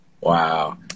Wow